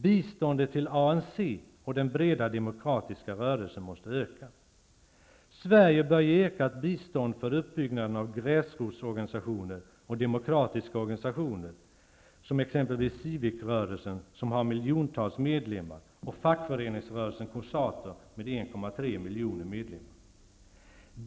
Biståndet till ANC och den breda demokratiska rörelsen måste öka. Sverige bör ge ökat bistånd för uppbyggnaden av gräsrotsorganisationer och demokratiska organisationer som exempelvis civicrörelsen, som har miljontals medlemmar, och fackföreningsrörelsen Cosatu med 1,3 miljoner medlemmar.